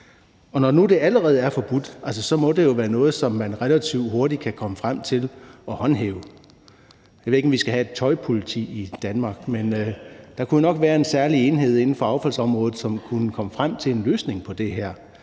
nu det allerede er forbudt, må det jo være noget, som man relativt hurtigt kan komme frem til at håndhæve. Jeg ved ikke, om vi skal have et tøjpoliti i Danmark, men der kunne jo nok være en særlig enhed inden for affaldsområdet, som kunne komme frem til en løsning på det her,